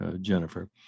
Jennifer